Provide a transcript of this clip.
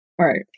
Right